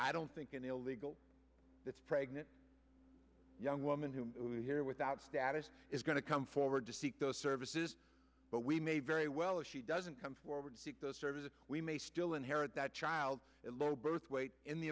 i don't think an illegal that's pregnant young woman whom we're here without status is going to come forward to seek those services but we may very well if she doesn't come forward to seek those services we may still inherit that child at low birth weight in the